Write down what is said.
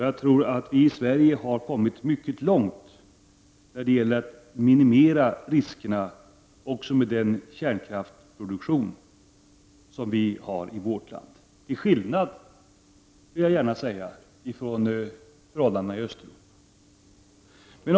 Jag tror att vi i Sverige har kommit mycket långt när det gäller att minimera riskerna också med den kärnkraftsproduktion som vi har i vårt land, till skillnad från förhållandena i Östeuropa.